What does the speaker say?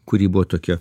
kuri buvo tokia